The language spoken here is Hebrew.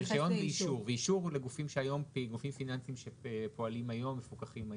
אישור לגופים פיננסיים שפועלים היום ומפוקחים היום.